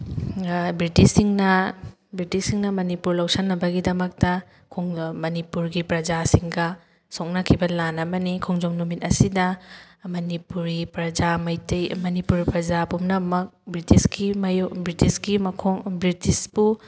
ꯕ꯭ꯔꯤꯇꯤꯁꯁꯤꯡꯅ ꯕ꯭ꯔꯤꯇꯤꯁꯁꯤꯡꯅ ꯃꯅꯤꯄꯨꯔ ꯂꯧꯁꯟꯅꯕꯒꯤꯗꯃꯛꯇ ꯃꯅꯤꯄꯨꯔꯒꯤ ꯄ꯭ꯔꯖꯥꯁꯤꯡꯒ ꯁꯣꯛꯅꯈꯤꯕ ꯂꯥꯟ ꯑꯃꯅꯤ ꯈꯣꯡꯖꯣꯝ ꯅꯨꯃꯤꯠ ꯑꯁꯤꯗ ꯃꯅꯤꯄꯨꯔꯤ ꯄ꯭ꯔꯖꯥ ꯃꯩꯇꯩ ꯃꯅꯤꯄꯨꯔ ꯄ꯭ꯔꯖꯥ ꯄꯨꯝꯅꯃꯛ ꯕ꯭ꯔꯤꯇꯤꯁꯀꯤ ꯃꯥꯌꯣꯛ ꯕ꯭ꯔꯤꯇꯤꯁꯀꯤ ꯃꯈꯣꯡ ꯕ꯭ꯔꯤꯇꯤꯁꯄꯨ